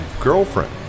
girlfriend